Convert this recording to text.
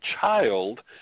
child